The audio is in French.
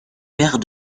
père